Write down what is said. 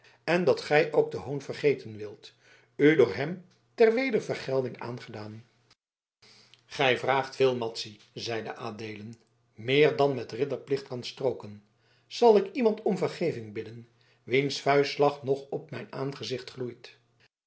en dat gij ook den hoon vergeten wilt u door hem ter wedervergelding aangedaan gij vraagt veel madzy zeide adeelen meer dan met ridderplicht kan strooken zal ik iemand om vergeving bidden wiens vuistslag nog op mijn aangezicht gloeit